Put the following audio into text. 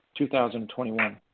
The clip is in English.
2021